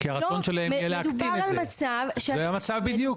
כי הרצון שלהם יהיה להקטין את זה, זה המצב בדיוק.